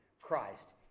Christ